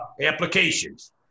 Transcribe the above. applications